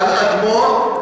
על אדמות?